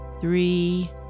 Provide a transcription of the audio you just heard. three